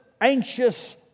anxious